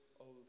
old